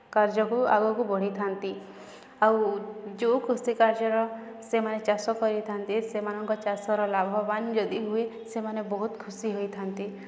କାର୍ଯ୍ୟକୁ ଆଗକୁ ବଢ଼ିଥାନ୍ତି ଆଉ ଯେଉଁ କୃଷି କାର୍ଯ୍ୟର ସେମାନେ ଚାଷ କରିଥାନ୍ତି ସେମାନଙ୍କ ଚାଷର ଲାଭବାନ ଯଦି ହୁଏ ସେମାନେ ବହୁତ ଖୁସି ହୋଇଥାନ୍ତି